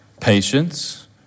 patience